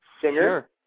singer